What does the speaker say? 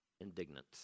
indignant